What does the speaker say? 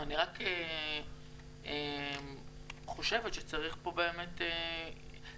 אני רק חושבת שצריך פה באמת שהמדינה